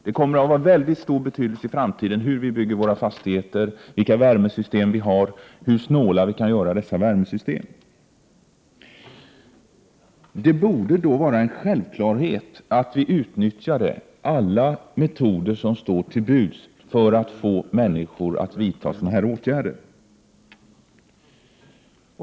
Det kommer att ha stor betydelse hur vi i framtiden bygger våra fastigheter, vilka värmesystem vi har och hur snåla vi kan göra dessa system. Det borde då vara en självklarhet att vi utnyttjade alla medel som står till buds för att få människor att vidta åtgärder.